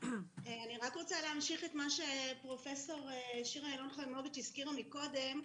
אני רק רוצה להמשיך את מה שפרופ' שיר ילון חיימוביץ' הזכירה מקודם,